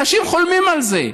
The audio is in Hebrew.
אנשים חולמים על זה.